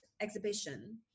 exhibition